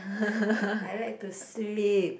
I like to sleep